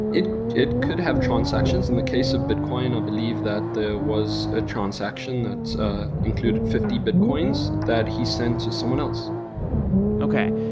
it it could have transactions. in the case of bitcoin, i believe that there was a transaction that included fifty bitcoins that he sent to someone else okay.